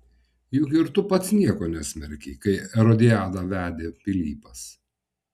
juk ir tu pats nieko nesmerkei kai erodiadą vedė pilypas